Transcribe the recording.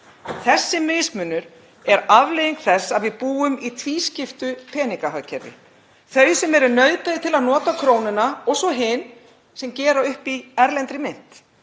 Þessi mismunur er afleiðing þess að við búum í tvískiptu peningahagkerfi; þau sem eru nauðbeygð til að nota krónuna og svo hin sem gera upp í erlendri mynt.